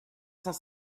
cent